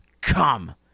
come